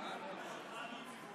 לצבא,